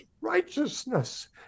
righteousness